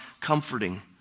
comforting